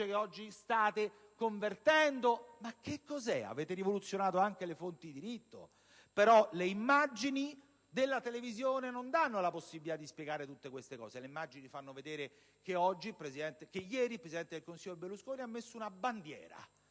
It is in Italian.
che oggi state convertendo? Avete rivoluzionato anche le fonti di diritto? Ciò nonostante, le immagini della televisione non danno la possibilità di spiegare tutto questo, ma fanno vedere che ieri il presidente del Consiglio Berlusconi ha messo una bandiera